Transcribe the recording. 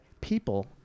people